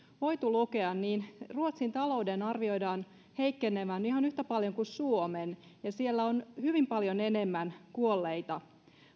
voineet lukea niin ruotsin talouden arvioidaan heikkenevän ihan yhtä paljon kuin suomen ja siellä on hyvin paljon enemmän kuolleita